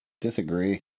Disagree